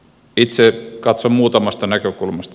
itse katson muutamasta näkökulmasta